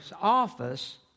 office